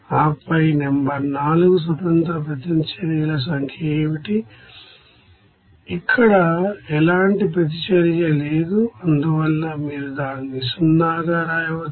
ఆపై నెంబరు 4 స్వతంత్ర ప్రతిచర్యల సంఖ్య ఏమిటి ఇక్కడ ఎలాంటి ప్రతిచర్య లేదు అందువల్ల మీరు దానిని 0 గా రాయవచ్చు